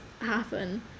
happen